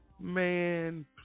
man